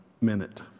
minute